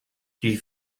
die